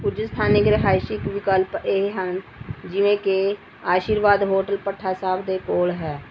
ਕੁਝ ਸਥਾਨਕ ਰਿਹਾਇਸ਼ੀ ਵਿਕਲਪ ਇਹ ਹਨ ਜਿਵੇਂ ਕਿ ਆਸ਼ੀਰਵਾਦ ਹੋਟਲ ਭੱਠਾ ਸਾਹਿਬ ਦੇ ਕੋਲ ਹੈ